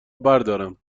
بردارم